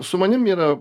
su manim yra